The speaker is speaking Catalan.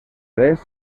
adés